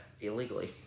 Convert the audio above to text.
illegally